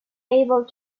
able